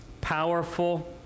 powerful